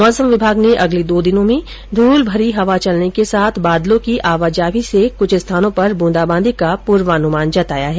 मौसम विभाग ने अगले दो दिनों में धूल भरी हवा चलने के साथ बादलों की आवाजाही से कुछ स्थानों पर बूंदाबांदी का पूर्वानुमान जताया है